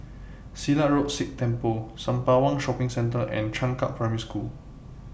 Silat Road Sikh Temple Sembawang Shopping Centre and Changkat Primary School